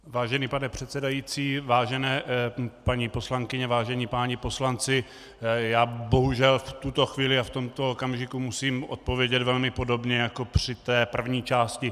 Vážený pane předsedající, vážené paní poslankyně, vážení páni poslanci, bohužel v tuto chvíli a v tomto okamžiku musím odpovědět velmi podobně jako při té první části.